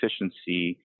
efficiency